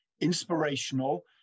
inspirational